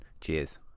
Cheers